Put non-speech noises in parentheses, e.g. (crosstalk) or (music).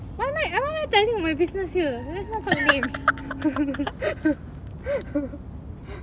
why am I why am I telling my business here let's not talk names (laughs)